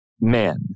men